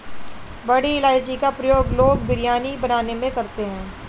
बड़ी इलायची का प्रयोग लोग बिरयानी बनाने में करते हैं